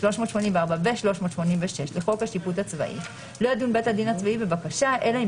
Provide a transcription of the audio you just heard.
384 ו-386 לחוק השיפוט הצבאי לא ידון בית הדין בבקשה אלא אם